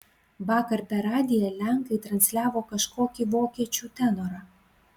vakar per radiją lenkai transliavo kažkokį vokiečių tenorą